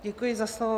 Děkuji za slovo.